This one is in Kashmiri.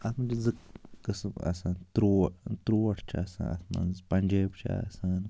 اَتھ منٛز چھِ زٕ قسٕم آسان تُرٛو تُرٛوٹ چھِ آسان اَتھ منٛز پَنٛجٲبۍ چھِ آسان